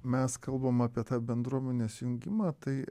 mes kalbam apie tą bendruomenės jungimą tai